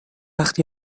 وقت